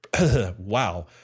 Wow